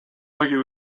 argue